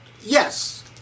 yes